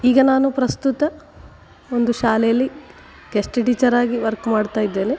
ಈಗ ನಾನು ಪ್ರಸ್ತುತ ಒಂದು ಶಾಲೆಯಲ್ಲಿ ಗೆಸ್ಟ್ ಟೀಚರ್ ಆಗಿ ವರ್ಕ್ ಮಾಡ್ತಾ ಇದ್ದೇನೆ